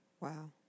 Wow